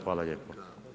Hvala lijepo.